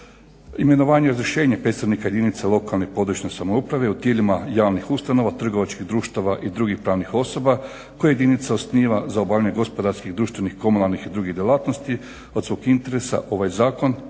Imenovanje i razrješenje predstavnika jedinica lokalne i područne samouprave u tijelima javnih ustanova, trgovačkih društava i drugih pravnih osoba koje jedinica osniva za obavljanje gospodarskih, društvenih i komunalnih i drugih djelatnosti od svog interesa ovaj zakon